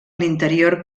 l’interior